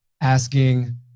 asking